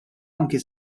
anke